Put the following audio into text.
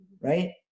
Right